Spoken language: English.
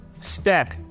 Step